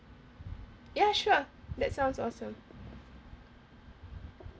ya sure that sounds awesome